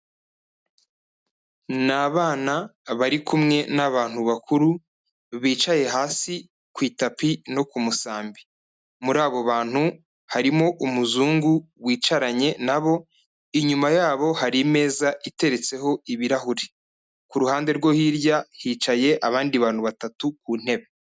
Ni abana bari kumwe n'abantu bakuru bicaye hasi ku itapi no ku musambi, muri abo bantu harimo umuzungu wicaranye nabo inyuma yabo, hari imeza iteretseho ibirahure, ku ruhande rwo hirya, hicaye abandi bantu batatu ku ntebe.